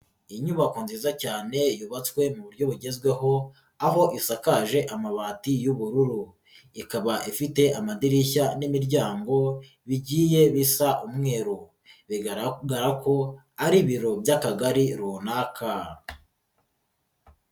Inyubako nziza cyane yubatswe mu buryo bugezweho aho isakaje amabati y'ubururu, ikaba ifite amadirishya n'imiryango bigiye bisa umweru, bigaragara ko ari ibiro by'Akagari runaka.